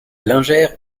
lingère